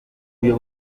bwiza